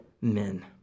men